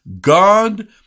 God